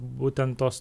būtent tos